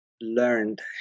learned